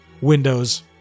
Windows